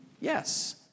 Yes